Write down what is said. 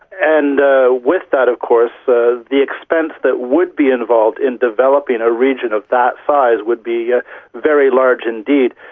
and with that, of course, the the expense that would be involved in developing a region of that size would be ah very large indeed.